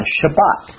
Shabbat